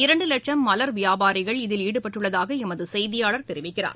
இரண்டு லட்சும் மலர் வியாபாரிகள் இதில் ஈடுபட்டுள்ளதாக எமது செய்தியாளர் தெரிவிக்கிறார்